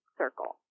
circle